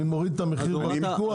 אני מוריד את המחיר בפיקוח?